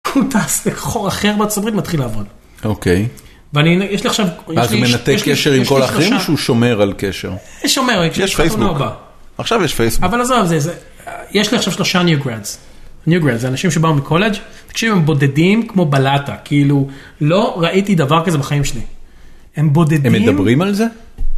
חור אחר בצמרית מתחיל לעבוד. אוקיי. ואני, יש לי עכשיו, אז הוא מנתק קשר עם כל האחרים או שהוא שומר על קשר? שומר, יש פייסבוק. עכשיו יש פייסבוק. אבל זה, יש לי עכשיו שלושה ניו גרנדס. ניו גרנדס זה אנשים שבאו מקולג' תקשיב הם בודדים כמו בלטה, כאילו לא ראיתי דבר כזה בחיים שלי. הם בודדים. הם מדברים על זה?